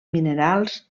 minerals